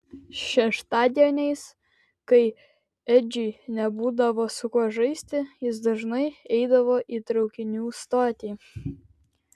šeštadieniais kai edžiui nebūdavo su kuo žaisti jis dažnai eidavo į traukinių stotį